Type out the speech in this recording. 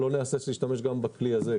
לא נהסס להשתמש גם בכלי הזה,